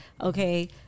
Okay